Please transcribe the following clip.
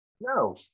no